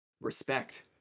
respect